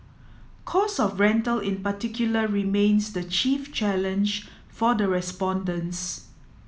cost of rental in particular remains the chief challenge for the respondents